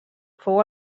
fou